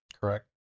Correct